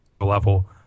level